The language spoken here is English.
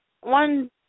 one